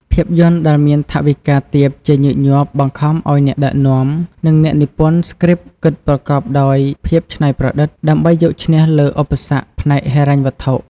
ភាពយន្តដែលមានថវិកាទាបជាញឹកញាប់បង្ខំឲ្យអ្នកដឹកនាំ និងអ្នកនិពន្ធស្គ្រីបគិតប្រកបដោយភាពច្នៃប្រឌិត ដើម្បីយកឈ្នះលើឧបសគ្គផ្នែកហិរញ្ញវត្ថុ។